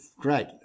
Great